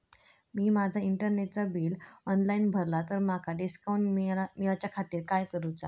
मी माजा इंटरनेटचा bill online भरला तर माका डिस्काउंट मिलाच्या खातीर काय करुचा?